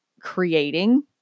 creating